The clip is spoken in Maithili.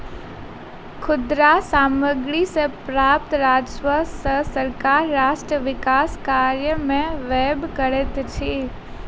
खुदरा सामग्री सॅ प्राप्त राजस्व सॅ सरकार राष्ट्र विकास कार्य में व्यय करैत अछि